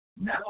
Now